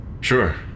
Sure